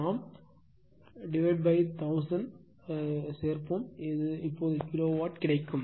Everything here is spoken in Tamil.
நாம் 1000 சேர்க்கலாம் இப்போது கிலோவாட் கிடைக்கும்